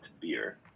beer